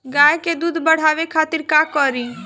गाय के दूध बढ़ावे खातिर का करी?